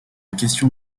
question